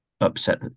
upset